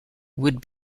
would